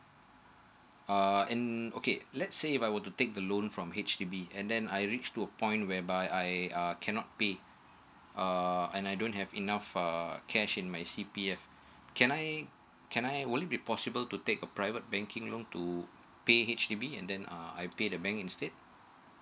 uh um okay let's say if I were to take a loan from H_D_B and then I reach to a point whereby I uh cannot pay and I don't have enough uh cash in my c p f can I can I will it be possible to take a private banking loan to pay H_D_B and then uh I pay the bank instead